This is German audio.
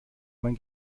man